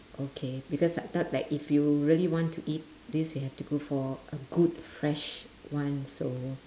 okay because I thought like if you really want to eat this you have to go for a good fresh one so